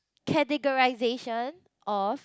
categorisation of